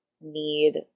need